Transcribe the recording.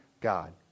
God